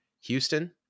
Houston